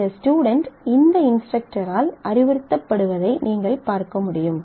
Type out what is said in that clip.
இந்த ஸ்டுடென்ட் இந்த இன்ஸ்டரக்டரால் அறிவுறுத்தப்படுவதை நீங்கள் பார்க்க முடியும்